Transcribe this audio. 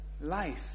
life